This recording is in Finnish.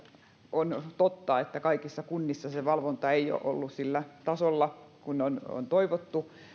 on on totta että kaikissa kunnissa se valvonta ei ole ollut sillä tasolla kuin on toivottu